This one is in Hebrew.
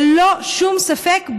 ללא שום ספק,